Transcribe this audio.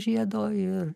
žiedo ir